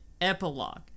epilogue